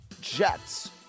Jets